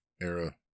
era